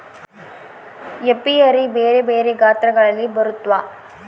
apiary ಬೆರೆ ಬೆರೆ ಗಾತ್ರಗಳಲ್ಲಿ ಬರುತ್ವ